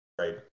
Right